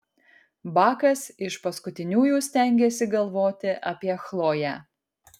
bakas iš paskutiniųjų stengėsi galvoti apie chloję